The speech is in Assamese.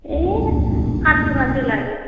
এই ফাল্টু ফাল্টু লাগে